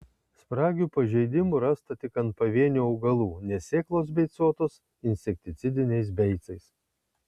spragių pažeidimų rasta tik ant pavienių augalų nes sėklos beicuotos insekticidiniais beicais